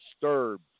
Disturbed